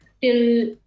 Till